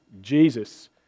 Jesus